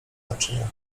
naczynia